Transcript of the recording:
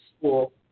school